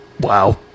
Wow